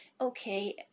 okay